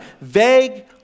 Vague